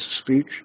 speech